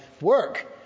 work